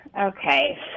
Okay